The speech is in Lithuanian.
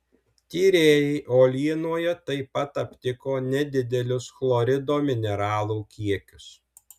tyrėjai uolienoje taip pat aptiko nedidelius chlorido mineralų kiekius